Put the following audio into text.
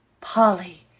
Polly